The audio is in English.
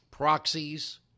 proxies